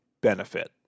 benefit